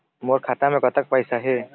मोर खाता मे कतक पैसा हे?